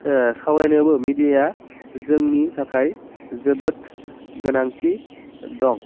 सावरायनायावबो मिडियाया जोंनि थाखाय जोबोद गोनांथि दं